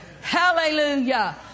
Hallelujah